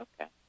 okay